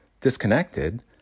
disconnected